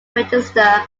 register